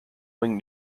wing